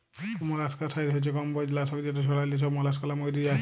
molluscicide হছে কমবজ লাসক যেট ছড়াল্যে ছব মলাসকালা ম্যইরে যায়